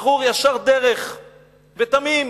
בחור ישר דרך ותמים.